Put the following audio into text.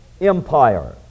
empire